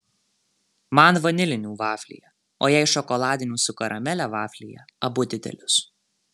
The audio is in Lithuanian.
man vanilinių vaflyje o jai šokoladinių su karamele vaflyje abu didelius